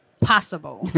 possible